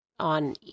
On